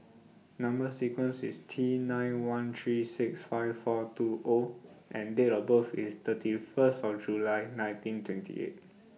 Number sequence IS T nine one three six five four two O and Date of birth IS thirty First of July nineteen twenty eight